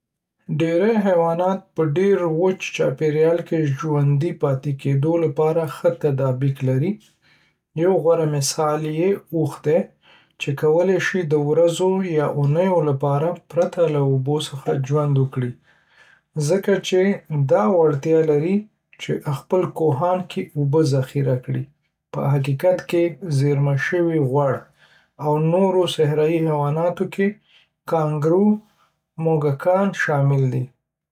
ډیری حیوانات په ډیر وچ چاپیریال کې د ژوندي پاتې کیدو لپاره ښه تطابق لري. یو غوره مثال یې اوښ دی، چې کولی شي د ورځو یا اونیو لپاره پرته له اوبو څخه ژوند وکړي ځکه چې دا وړتیا لري چې په خپل کوهان کې اوبه ذخیره کړي (په حقیقت کې زیرمه شوي غوړ). په نورو صحرايي حیواناتو کې کانګارو موږکان شامل دي